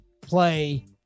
play